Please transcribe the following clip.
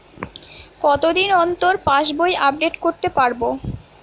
কতদিন অন্তর পাশবই আপডেট করতে পারব?